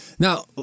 Now